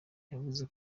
yavuze